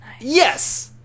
Yes